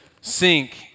sink